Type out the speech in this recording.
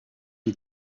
est